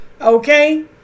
okay